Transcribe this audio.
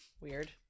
Weird